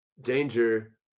danger